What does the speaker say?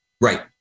Right